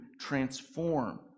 transform